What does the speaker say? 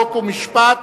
חוק ומשפט